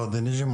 ראדי נג'ם.